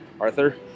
Arthur